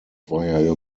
via